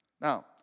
Now